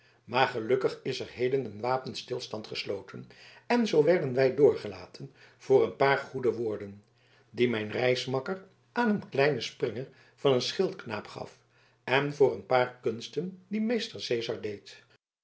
maar gelukkig is er heden een wapenstilstand gesloten en zoo werden wij doorgelaten voor een paar goede woorden die mijn reismakker aan een kleinen springer van een schildknaap gaf en voor een paar kunsten die meester cezar deed